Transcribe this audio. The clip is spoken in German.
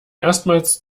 erstmals